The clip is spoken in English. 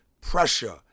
pressure